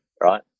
right